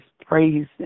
praise